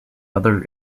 other